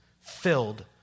filled